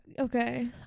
okay